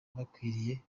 bakwiriye